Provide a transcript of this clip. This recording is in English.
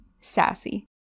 sassy